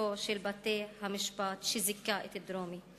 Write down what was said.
בפסיקתו של בית-המשפט שזיכה את דרומי.